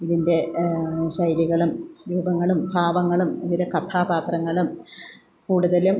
ഇതിന്റെ ശൈലികളും രൂപങ്ങളും ഭാവങ്ങളും ഇതിലെ കഥാപാത്രങ്ങളും കൂടുതൽ